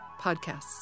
podcasts